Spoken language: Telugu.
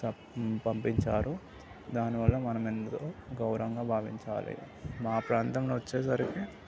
త పంపించారు దానివల్ల మనమెంతో గౌరవంగా భావించాలి మా ప్రాంతం వచ్చేసరికి